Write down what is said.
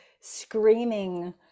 screaming